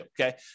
okay